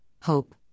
hope